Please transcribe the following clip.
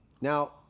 Now